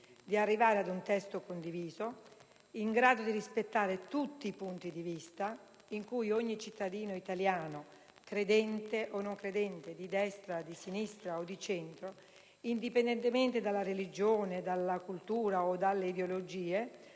sola parte, ad un testo condiviso in grado di rispettare tutti i punti di vista, in cui ogni cittadino italiano, credente o non credente, di destra, di sinistra o di centro, indipendentemente dalla religione dalla cultura o dalle ideologie,